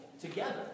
together